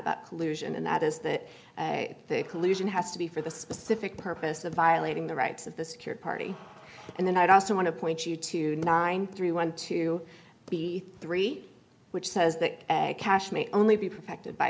collusion and that is that collusion has to be for the specific purpose of violating the rights of the secured party and then i'd also want to point you to nine three one two b three which says that a cash may only be protected by